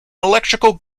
electrical